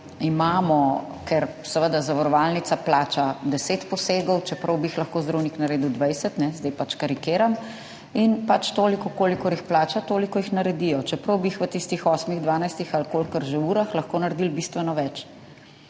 da ker seveda zavarovalnica plača 10 posegov, čeprav bi jih lahko zdravnik naredil 20, zdaj karikiram, pač toliko, kolikor jih plača, toliko jih naredijo, čeprav bi jih v tistih osmih, 12 ali kolikorkoli že urah lahko naredili bistveno več.